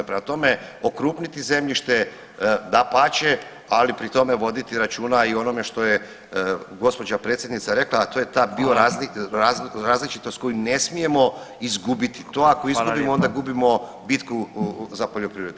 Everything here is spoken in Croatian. Prema tome, okrupniti zemljište dapače, ali pri tome voditi računa i o onome što je gđa. predsjednica rekla, a to je ta biorazličitost koju ne smijemo izgubiti, to ako izgubimo onda gubimo bitku za poljoprivredu.